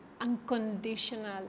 unconditional